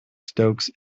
stokes